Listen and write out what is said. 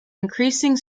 increasing